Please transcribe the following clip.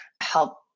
help